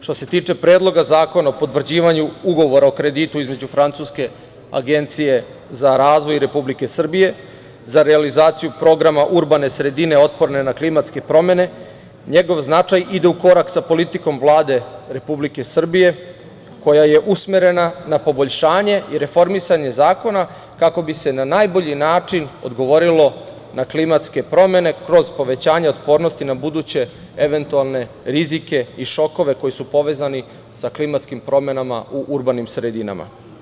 Što se tiče predloga zakona o Potvrđivanju ugovora o kreditu između Francuske i Agencije za razvoj Republike Srbije, za realizaciju programa urbane sredine otporne na klimatske promene njegov značaj ide u korak sa politikom Vlade Republike Srbije, koja je usmerena na poboljšanje i reformisanje zakona, kako bi se na najbolji način odgovorilo na klimatske promene kroz povećanja otpornosti na buduće eventualne rizike i šokove koji su povezani sa klimatskim promenama u urbanim sredinama.